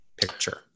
picture